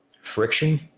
friction